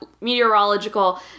Meteorological